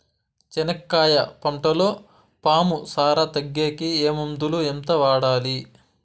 చెనక్కాయ పంటలో పాము సార తగ్గేకి ఏ మందులు? ఎంత వాడాలి?